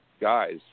guys